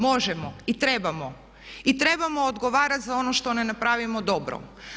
Možemo i trebamo, trebamo odgovarati za ono što ne napravimo dobro.